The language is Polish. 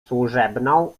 służebną